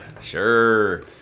Sure